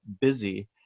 busy